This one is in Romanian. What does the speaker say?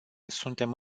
suntem